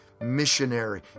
missionary